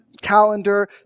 calendar